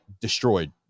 destroyed